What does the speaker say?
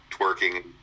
twerking